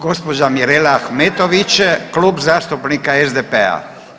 Gospođa Mirela Ahmetović Klub zastupnika SDP-a.